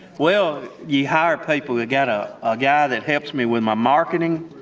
well, you hire people. i gotta a guy that helps me with my marketing,